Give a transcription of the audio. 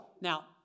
Now